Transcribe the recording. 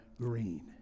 green